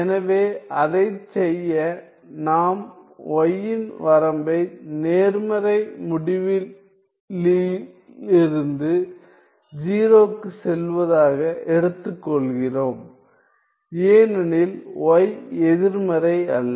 எனவே அதைச் செய்ய நாம் y இன் வரம்பை நேர்மறை முடிவிலியிலிருந்து 0க்குச் செல்வதாக எடுத்துக்கொள்கிறோம் ஏனெனில் y எதிர்மறை அல்ல